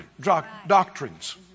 doctrines